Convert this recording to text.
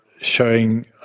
showing